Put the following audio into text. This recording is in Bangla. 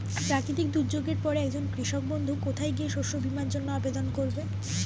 প্রাকৃতিক দুর্যোগের পরে একজন কৃষক বন্ধু কোথায় গিয়ে শস্য বীমার জন্য আবেদন করবে?